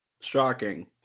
Shocking